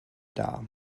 dar